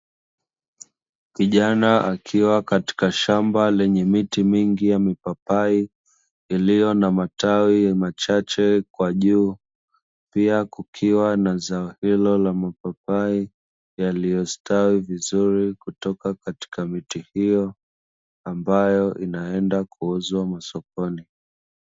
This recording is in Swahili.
Kijana akiwa katika shamba lenye mipapai, iliyo na matai machache kwa juu pia kukiwa na zao hilo la mapapai yaliyostawi vizuri kutoka katika miti hiyo ambayo inaenda kuuzwa sokuni.